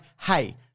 hey